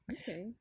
Okay